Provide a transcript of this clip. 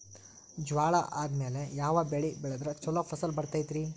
ಜ್ವಾಳಾ ಆದ್ಮೇಲ ಯಾವ ಬೆಳೆ ಬೆಳೆದ್ರ ಛಲೋ ಫಸಲ್ ಬರತೈತ್ರಿ?